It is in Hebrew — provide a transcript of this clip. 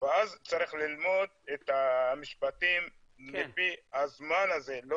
ואז צריך ללמוד את המשפטים לפי הזמן הזה,